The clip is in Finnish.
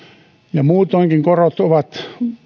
ja muutoinkin korot ovat